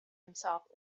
himself